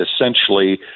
Essentially